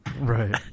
Right